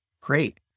Great